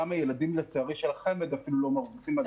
לצערי גם הילדים של החמ"ד אפילו לא מרווחים מהדבר